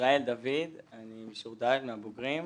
ישראל דוד, אני מהבוגרים.